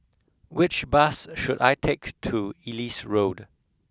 which bus should I take to Ellis Road